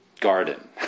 garden